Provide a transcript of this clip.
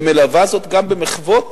ומלווה זאת גם במחוות